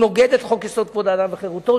שהוא נוגד את חוק-יסוד: כבוד האדם וחירותו,